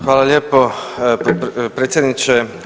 Hvala lijepo predsjedniče.